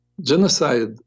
Genocide